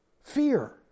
fear